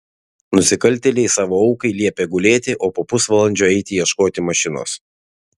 nusikaltėliai savo aukai liepė gulėti o po pusvalandžio eiti ieškoti mašinos